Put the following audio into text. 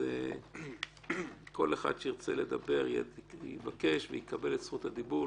אז כל אחד שירצה לדבר יבקש ויקבל את זכות הדיבור.